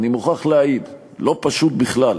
אני מוכרח להעיד שזה לא פשוט בכלל,